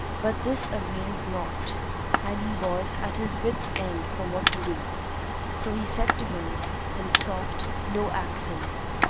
but this availed naught and he was at his wits' end for what to do so he said to him in soft, low accents,